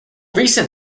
recent